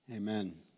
Amen